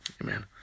Amen